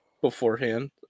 beforehand